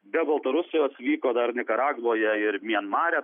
be baltarusijos vyko dar nikaragvoje ir mianmare